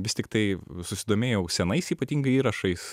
vis tiktai susidomėjau senais ypatingai įrašais